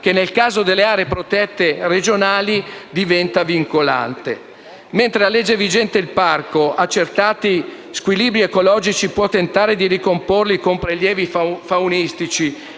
che, nel caso delle aree protette regionali, diventa vincolante. Mentre a legge vigente il parco, accertati squilibri ecologici, può tentare di ricomporli con prelievi faunistici